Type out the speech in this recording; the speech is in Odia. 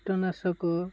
କୀଟନାଶକ